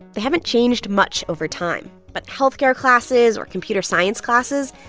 they haven't changed much over time. but health care classes or computer science classes,